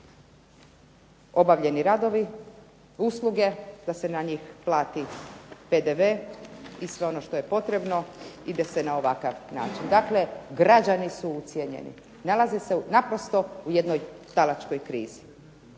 obavljeni radovi, usluge, da se na njih plati PDV i sve ono što je potrebno, ide se na ovakav način. Dakle građani su ucijenjeni. Nalaze se naprosto u jednoj talačkoj krizi.